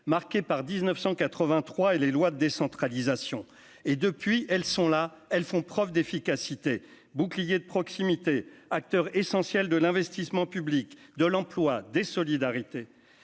marquée par 19183 et les lois de décentralisation, et depuis, elles sont là, elles font preuve d'efficacité bouclier de proximité, acteur essentiel de l'investissement public de l'emploi des solidarités,